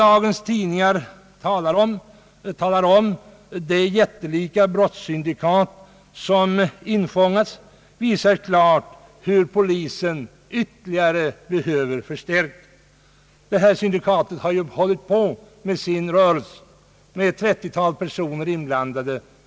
Dagens tidningar skriver om det jättelika brottssyndikat som har infångats, vilket klart visar att polisens resurser behöver = ytterligare förstärkningar. Detta syndikat har ju ganska länge bedrivit sin brottsliga rörelse med ett trettiotal personer inblandade.